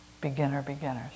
beginner-beginners